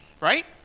right